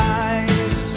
eyes